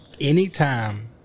anytime